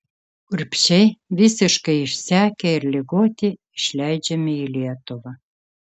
urbšiai visiškai išsekę ir ligoti išleidžiami į lietuvą